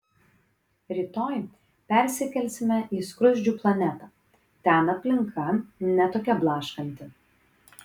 rytoj persikelsime į skruzdžių planetą ten aplinka ne tokia blaškanti